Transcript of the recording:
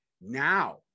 Now